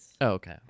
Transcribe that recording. okay